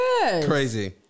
Crazy